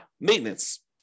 maintenance